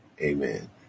Amen